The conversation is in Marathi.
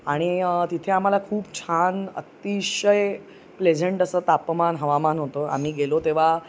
आणि तिथे आम्हाला खूप छान अतिशय प्लेझंट असं तापमान हवामान होतो आम्ही गेलो तेव्हा